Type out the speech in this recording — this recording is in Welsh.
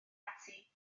ati